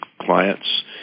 clients